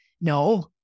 No